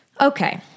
Okay